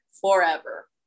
forever